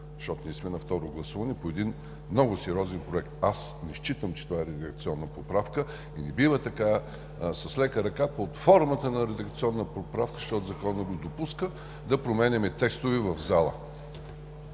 защото ние сме на второ гласуване по един много сериозен проект? Аз не считам, че това е редакционна поправка. И не бива така, с лека ръка под формата на редакционна поправка, защото Законът го допуска, да променяме текстове в зала?